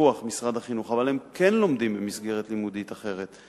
בפיקוח משרד החינוך אבל כן לומדים במסגרת לימודית אחרת,